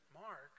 Mark